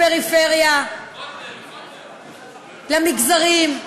לפריפריה, קוטלר, קוטלר, למגזרים.